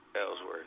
Ellsworth